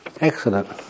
Excellent